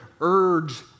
urge